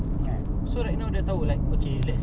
what emotion must he catch